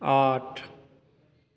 आठ